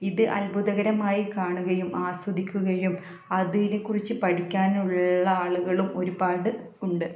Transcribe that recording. ഇത് അത്ഭുതകരമായി കാണുകയും ആസ്വദിക്കുകയും അതിനെക്കുറിച്ച് പഠിക്കാനുള്ള ആളുകളും ഒരുപാട് ഉണ്ട്